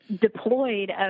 deployed